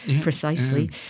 precisely